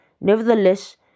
Nevertheless